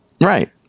right